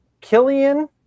Killian